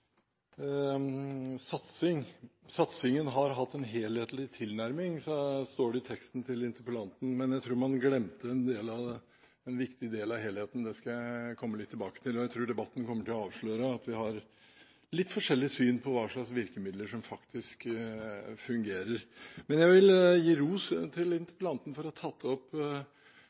har hatt en helhetlig tilnærming», står det i teksten til interpellanten, men jeg tror man glemte en viktig del av helheten. Det skal jeg komme litt tilbake til. Jeg tror debatten kommer til å avsløre at vi har litt forskjellig syn på hvilke virkemidler som faktisk fungerer. Men jeg vil gi ros til interpellanten for å ha tatt opp temaet, for det